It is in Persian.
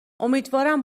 امیدوارم